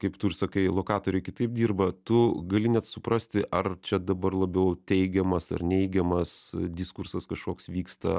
kaip tu ir sakai lokatoriai kitaip dirba tu gali net suprasti ar čia dabar labiau teigiamas ar neigiamas diskursas kažkoks vyksta